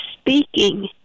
speaking